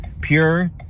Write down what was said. pure